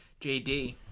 JD